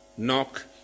Knock